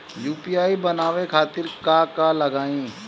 UPI बनावे खातिर का का लगाई?